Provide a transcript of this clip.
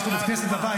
יש לו בית כנסת בבית,